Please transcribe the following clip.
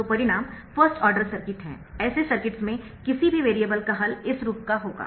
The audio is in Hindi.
तो परिणाम फर्स्ट ऑर्डर सर्किट है ऐसे सर्किट्स में किसी भी वेरिएबल का हल इस रूप का होगा